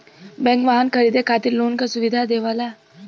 bank वाहन खरीदे खातिर लोन क सुविधा देवला